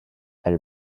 elle